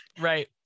Right